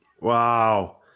Wow